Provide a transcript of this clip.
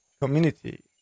community